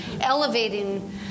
elevating